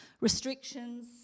restrictions